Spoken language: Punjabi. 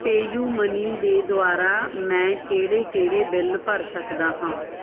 ਪੈਯੁ ਮਨੀ ਦੇ ਦੁਆਰਾ ਮੈਂ ਕਿਹੜੇ ਕਿਹੜੇ ਬਿੱਲ ਭਰ ਸਕਦਾ ਹਾਂ